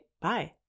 bye